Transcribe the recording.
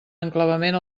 enclavament